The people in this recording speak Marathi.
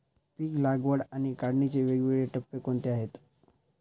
पीक लागवड आणि काढणीचे वेगवेगळे टप्पे कोणते आहेत?